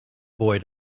boy